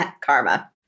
Karma